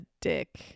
dick